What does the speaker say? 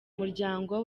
muryango